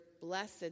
blessed